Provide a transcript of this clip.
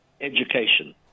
education